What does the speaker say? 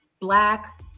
Black